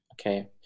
Okay